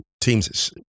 teams